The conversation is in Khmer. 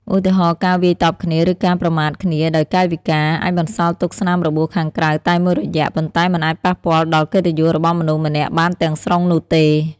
ឧទាហរណ៍ ការវាយតប់គ្នា ឬការប្រមាថគ្នាដោយកាយវិការ អាចបន្សល់ទុកស្នាមរបួសខាងក្រៅតែមួយរយៈ ប៉ុន្តែមិនអាចប៉ះពាល់ដល់កិត្តិយសរបស់មនុស្សម្នាក់បានទាំងស្រុងនោះទេ។